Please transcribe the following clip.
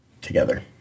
together